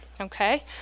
okay